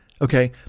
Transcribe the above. okay